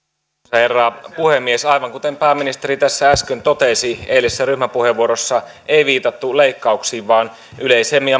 herra puhemies aivan kuten pääministeri tässä äsken totesi eilisessä ryhmäpuheenvuorossa ei viitattu leikkauksiin vaan yleisemmin